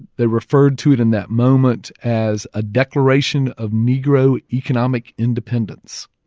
they referred to it in that moment as a declaration of negro economic independence.